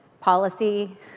policy